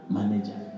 Manager